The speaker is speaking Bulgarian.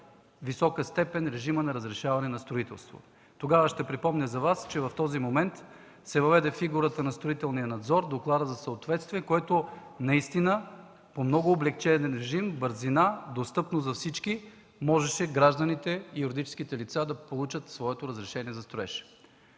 най-висока степен режимът на разрешаване на строителство. Ще припомня за Вас, че тогава, в този момент се въведе фигурата на строителния надзор, докладът за съответствие, с което наистина по много облекчен режим, бързина, достъпно за всички, гражданите и юридическите лица можеха да получат своето разрешение за строеж.